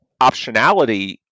optionality